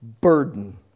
burden